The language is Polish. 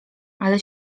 ale